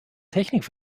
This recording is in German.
technik